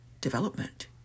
development